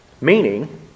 Meaning